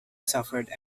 suffered